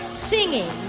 singing